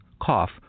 cough